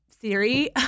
theory